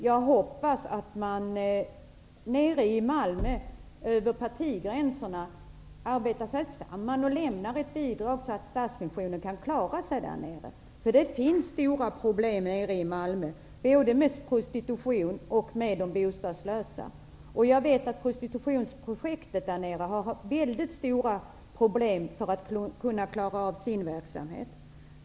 Jag hoppas att man i Malmö över partigränserna arbetar sig samman och lämnar ett bidrag till Stadsmissionen, så att den kan klara sig. Det finns stora problem i Malmö, både med prostitution och med de bostadslösa. Jag vet att prostitutionsprojektet där har mycket stora problem att klara av sin verksamhet.